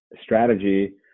strategy